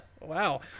Wow